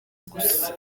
gusa